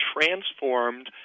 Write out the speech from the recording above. transformed